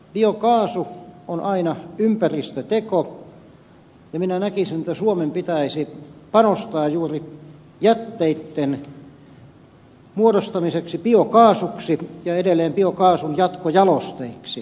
biokaasu on aina ympäristöteko ja minä näkisin että suomen pitäisi panostaa juuri jätteitten muodostamiseen biokaasuksi ja edelleen biokaasun jatkojalosteiksi